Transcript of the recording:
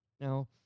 Now